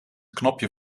knopje